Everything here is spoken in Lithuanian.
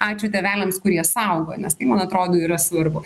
ačiū tėveliams kurie saugo nes tai man atrodo yra svarbu